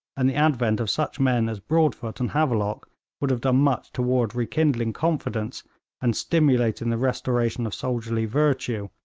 and the advent of such men as broadfoot and havelock would have done much toward rekindling confidence and stimulating the restoration of soldierly virtue,